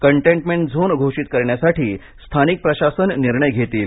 containment zone घोषित करण्यासाठी स्थानिक प्रशासन निर्णय घेतील